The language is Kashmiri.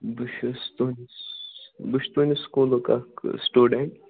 بہٕ چھُس تُہٕنٛدِس بہٕ چھُس تُہٕنٛدِس سکوٗلُک اَکھ سِٹوڈنٛٹ